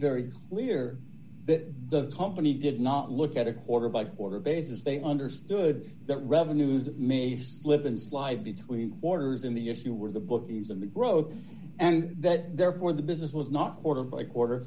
very clear that the company did not look at a quarter by quarter basis they understood that revenues may slip and slide between orders in the us who were the bookies of the growth and that therefore the business was not quarter by quarter